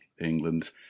England